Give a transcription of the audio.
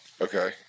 Okay